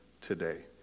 today